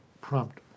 prompt